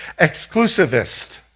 exclusivist